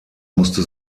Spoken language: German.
musste